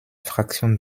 fraktion